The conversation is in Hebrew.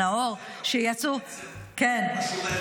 נאור --- גם זה לא,